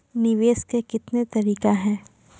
निवेश के कितने तरीका हैं?